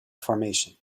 formation